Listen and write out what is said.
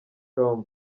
com